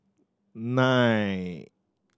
nine